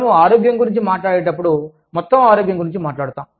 మనము ఆరోగ్యం గురించి మాట్లాడేటప్పుడు మొత్తం ఆరోగ్యం గురించి మాట్లాడుదాం